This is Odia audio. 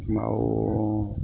ଆଉ